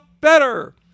better